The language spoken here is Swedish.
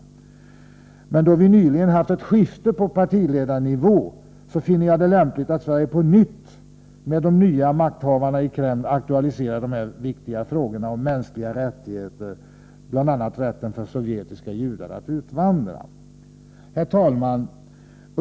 Men då det i Sovjetunionen nyligen blivit ett skifte på partiledarnivå, finner jag det lämpligt att Sverige på nytt — för de nya makthavarna i Kreml — aktualiserar de här viktiga frågorna om mänskliga rättigheter, bl.a. rätten för sovjetiska judar att utvandra. Herr talman!